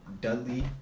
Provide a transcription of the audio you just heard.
Dudley